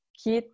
que